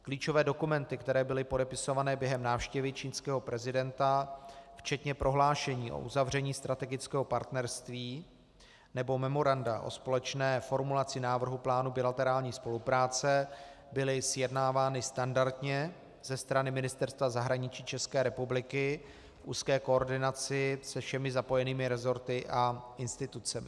Klíčové dokumenty, které byly podepisované během návštěvy čínského prezidenta, včetně prohlášení o uzavření strategického partnerství nebo memoranda o společné formulaci návrhu plánu bilaterární spolupráce, byly sjednávány standardně ze strany Ministerstva zahraničí České republiky v úzké koordinaci se všemi zapojenými resorty a institucemi.